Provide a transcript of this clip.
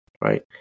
right